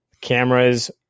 cameras